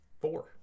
four